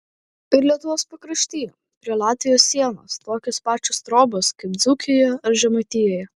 ir lietuvos pakrašty prie latvijos sienos tokios pačios trobos kaip dzūkijoje ar žemaitijoje